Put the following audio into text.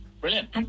Brilliant